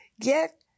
Get